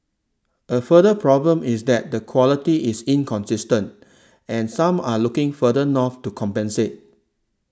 a further problem is that the quality is inconsistent and some are looking further north to compensate